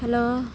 hello